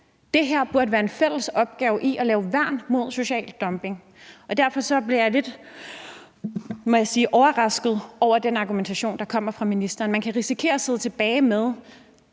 det her burde være en fælles opgave om at danne værn mod social dumping. Derfor må jeg sige, at jeg bliver lidt overrasket over den argumentation, der kommer fra ministeren. Man kan risikere at sidde tilbage med